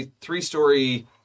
three-story